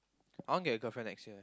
I want get a girlfriend next year